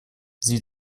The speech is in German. sie